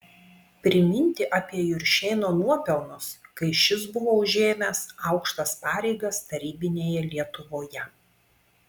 priminti apie juršėno nuopelnus kai šis buvo užėmęs aukštas pareigas tarybinėje lietuvoje